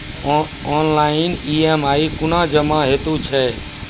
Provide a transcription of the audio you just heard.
Online EMI कूना जमा हेतु छै?